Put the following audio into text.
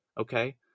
Okay